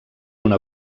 una